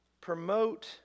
Promote